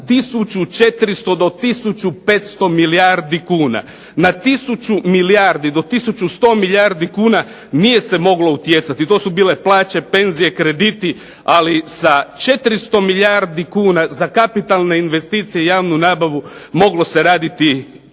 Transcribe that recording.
400 do tisuću 500 milijardi kuna. Na tisuću milijardi do tisuću 100 milijardi kuna nije se moglo utjecati. To su bile plaće, penzije, krediti, ali sa 400 milijardi kuna za kapitalne investicije i javnu nabavu moglo se raditi